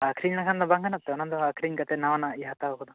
ᱟᱠᱷᱨᱤᱝ ᱞᱮᱠᱷᱟᱱ ᱫᱚ ᱵᱟᱝ ᱜᱟᱱᱚᱜᱛᱮ ᱚᱱᱟᱫᱚ ᱟᱠᱷᱨᱤᱝ ᱠᱟᱛᱮ ᱱᱟᱣᱟᱱᱟᱜ ᱤᱭᱚ ᱦᱟᱛᱟᱣ ᱫᱚᱫᱟ